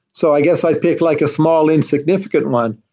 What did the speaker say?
so i guess i pick like a small insignificant one.